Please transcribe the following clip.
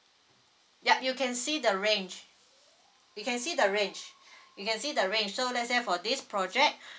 ya you can see the range you can see the range you can see the range so let's say for this project